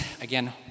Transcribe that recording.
again